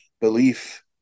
belief